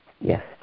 Yes